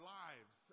lives